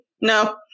no